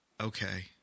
okay